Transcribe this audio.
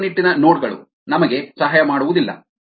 ಕಟ್ಟುನಿಟ್ಟಿನ ನೋಡ್ ಗಳು ನಮಗೆ ಸಹಾಯ ಮಾಡುವುದಿಲ್ಲ